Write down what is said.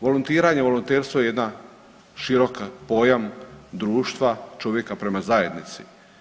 Volontiranje, volonterstvo je jedan širok pojam društva čovjeka prema zajednici.